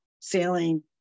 sailing